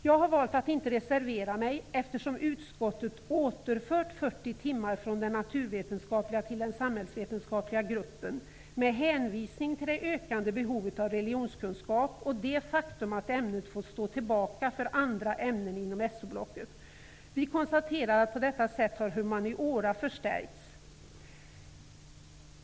Jag har valt att inte reservera mig, eftersom utskottet återfört 40 timmar från den naturvetenskapliga till den samhällsvetenskapliga gruppen med hänvisning till det ökande behovet av religionskunskap och det faktum att ämnet får stå tillbaka för andra ämnen inom SO-blocket. Vi konstaterar att på detta sätt har humaniora förstärkts.